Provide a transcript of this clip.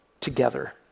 together